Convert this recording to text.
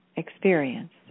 experience